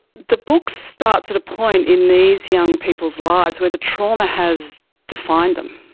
the book starts at a point in these young people's lives where the trauma has defined them,